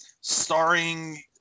starring